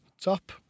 top